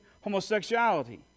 homosexuality